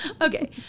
Okay